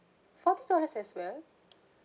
forty dollars as well